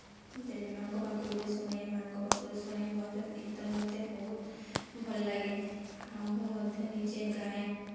ଜେଜେମାଆଙ୍କ ପାଖରୁ ବି ଶୁଣେ ମାଆଙ୍କ ପାଖରୁ ଶୁଣେ ଭଜନ କୀର୍ତ୍ତନ ମୋତେ ବହୁତ୍ ଭଲ ଲାଗେ ଆଉ ମୁଁ ମଧ୍ୟ ନିଜେ ଗାଏ